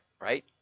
right